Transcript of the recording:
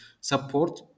support